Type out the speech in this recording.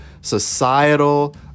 societal